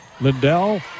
Lindell